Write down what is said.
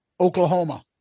Oklahoma